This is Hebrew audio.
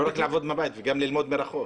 לא רק לעבוד מהבית, אלא גם ללמוד מרחוק.